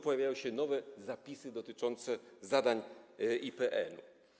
Pojawiają się tu nowe zapisy dotyczące zadań IPN.